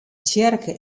tsjerke